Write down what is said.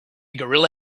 gorilla